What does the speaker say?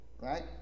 right